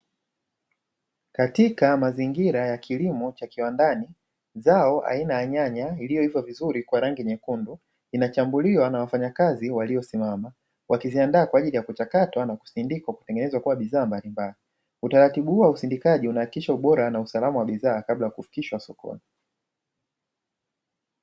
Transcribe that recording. Katika mazingira ya kilimo cha kiwandani, zao aina ya nyanya iliyoiva vizuri kwa rangi nyekundu inachambuliwa na wafanyakazi waliosimama, wakiziandaa kwa ajili ya kuchakatwa na kusindikwa Utaratibu huu wa usindikaji unahakikisha ubora na usalama wa bidhaa kabla ya kufikishwa sokoni.